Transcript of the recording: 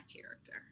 character